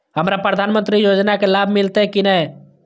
हमरा प्रधानमंत्री योजना के लाभ मिलते की ने?